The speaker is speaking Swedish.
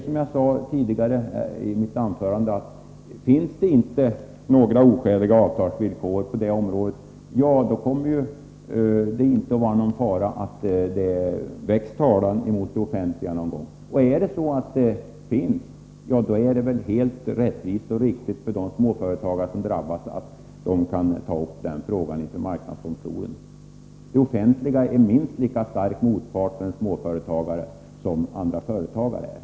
Som jag sade tidigare: Finns det inte några oskäliga avtalsvillkor på det området, är det ju ingen fara för att det väckts talan mot offentliga organ. Och finns det oskäliga avtal, då är det väl helt rättvist och riktigt gentemot de småföretagare som drabbas att de kan ta upp frågan inför marknadsdomstolen. Det offentliga är en minst lika stark motpart för en småföretagare som andra företagare är.